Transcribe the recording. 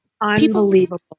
unbelievable